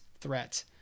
threat